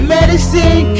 Medicine